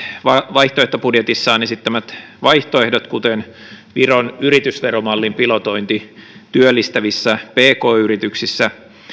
vaihtoehtobudjetissaan esittämät vaihtoehdot kuten viron yritysveromallin pilotointi työllistävissä pk yrityksissä